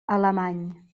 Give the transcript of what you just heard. alemany